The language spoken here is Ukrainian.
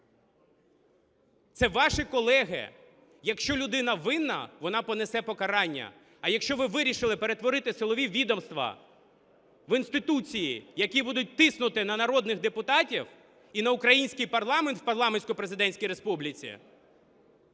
Це ваші колеги. Якщо людина винна, вона понесе покарання. А якщо ви вирішили перетворити силові відомства в інституції, які будуть тиснути на народних депутатів і на український парламент в парламентсько-президентській республіці,